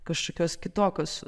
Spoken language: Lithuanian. kažkokios kitokios